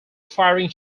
firing